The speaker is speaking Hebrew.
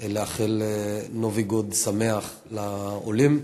לאחל נובי-גוד שמח לעולים.